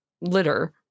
litter